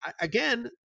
again